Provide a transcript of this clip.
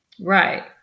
Right